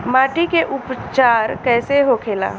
माटी के उपचार कैसे होखे ला?